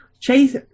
Chase